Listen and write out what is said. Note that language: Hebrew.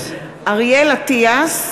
אריאל אטיאס,